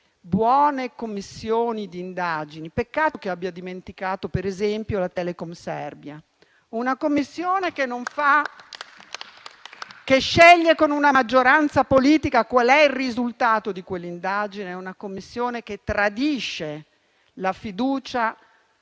buone Commissioni di inchiesta. Peccato che abbia dimenticato, ad esempio, la Commissione Telekom Serbia. Una Commissione che sceglie con una maggioranza politica qual è il risultato di quell'indagine, è una Commissione che tradisce la fiducia